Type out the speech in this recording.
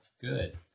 good